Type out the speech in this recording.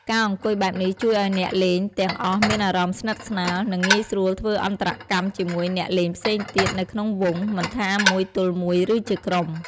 ការអង្គុយបែបនេះជួយឱ្យអ្នកលេងទាំងអស់មានអារម្មណ៍ស្និទ្ធស្នាល និងងាយស្រួលធ្វើអន្តរកម្មជាមួយអ្នកលេងផ្សេងទៀតនៅក្នុងវង់ មិនថាមួយទល់មួយ ឬជាក្រុម។